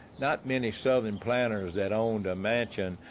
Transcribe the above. not many southern planters that owned a mansion